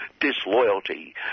disloyalty